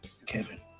Kevin